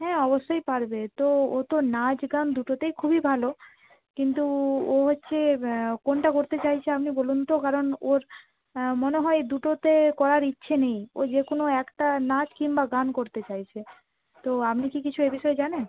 হ্যাঁ অবশ্যই পারবে তো ও তো নাচ গান দুটোতেই খুবই ভালো কিন্তু ও হচ্ছে কোনটা করতে চাইছে আপনি বলুন তো কারণ ওর মনে হয় দুটোতে করার ইচ্ছে নেই ও যে কোনো একটা নাচ কিংবা গান করতে চাইছে তো আপনি কি কিছু এ বিষয়ে জানেন